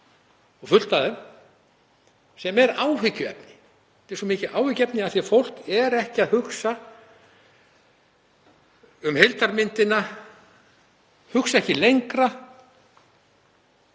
fullt af þeim, sem er áhyggjuefni. Það er svo mikið áhyggjuefni af því að fólk er ekki að hugsa um heildarmyndina, það hugsar ekki lengra.